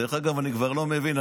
אני כבר לא מבין.